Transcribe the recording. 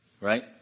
Right